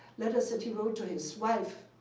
letters that he wrote to his wife,